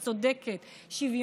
לא הגיע הזמן לדבר על הסטטוס קוו הזה?